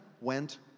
went